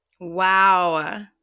Wow